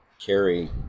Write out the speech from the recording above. carry